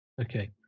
Okay